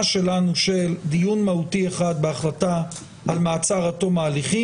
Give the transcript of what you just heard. שלנו של דיון מהותי אחד בהחלטה על מעצר עד תום ההליכים